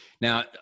Now